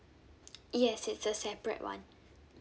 yes it's a separate one